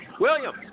William